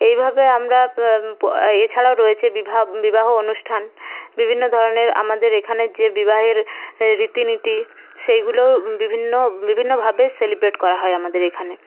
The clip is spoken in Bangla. এইভাবে আমরা এছাড়াও রয়েছে বিবাহ অনুষ্ঠান বিভিন্ন ধরণের আমাদের এখানের যে বিবাহের রীতি নীতি সেইগুলো বিভিন্ন বিভিন্নভাবে সেলিব্রেট করা হয় আমদের এইখানে